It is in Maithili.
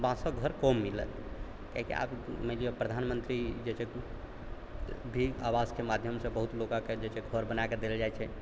बाँसके घर कम मिलत कियाकि आब मानिलिअ प्रधानमन्त्री जे छै भी आवासके माध्यमसँ बहुत लोकके जे छै घर बनाकऽ देल जाइ छै